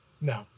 No